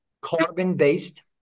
carbon-based